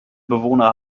bewohner